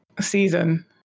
season